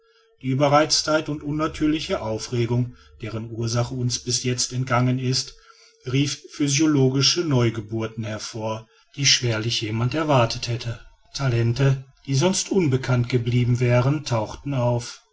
die ueberreiztheit und unnatürliche aufregung deren ursache uns bis jetzt entgangen ist rief physiologische neugeburten hervor die schwerlich jemand erwartet hätte talente die sonst unbekannt geblieben wären tauchten auf